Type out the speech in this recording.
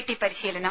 T പരിശീലനം